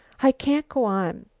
i can't go on.